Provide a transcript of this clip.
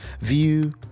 view